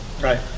Right